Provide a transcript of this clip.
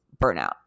burnout